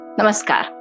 Namaskar